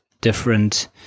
different